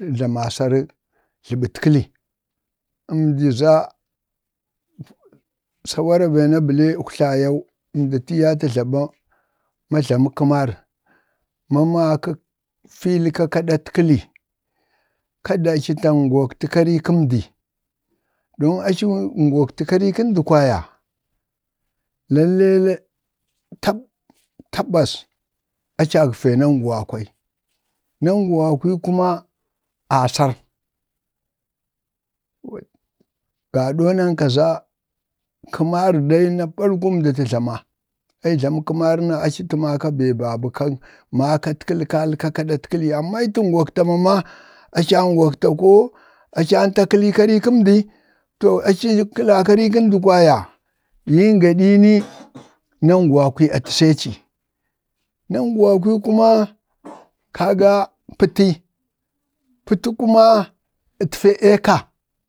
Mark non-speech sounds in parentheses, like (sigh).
rayuwa jləbətkəli, əndi za sawari bee na blee uktlayau əndi za ma jlamə kəmar, ma makək fiila kak-kadatkəli, kada-ci tajokti karik-kəmdi, bən aci əngoktə karii-kəndi kwaya, tabbas aci agvee naŋuwakwai, naguwakwii kuma asar, gadoo naŋka za (unintelligible) aci tajlwna, aci jlaŋ kəmar na, a ci tə maka maka bee ba bə kək-kaɗatkali amma aci taŋgokta mama koo acan ta kəli karəkəndi, to aci kəla karii kəndi kwaya yim gaɗi ni, (noise) nanguwakii a təsəci. naŋguwakwii kuma kaga pətii pəti kuma ətee eeka,